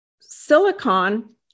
Silicon